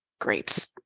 grapes